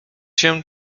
się